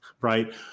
right